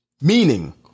Meaning